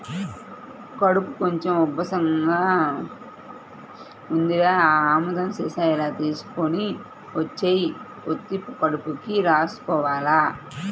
కడుపు కొంచెం ఉబ్బసంగా ఉందిరా, ఆ ఆముదం సీసా ఇలా తీసుకొని వచ్చెయ్, పొత్తి కడుపుకి రాసుకోవాల